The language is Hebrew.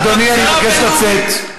אדוני, אני מבקש לצאת.